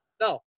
No